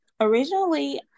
Originally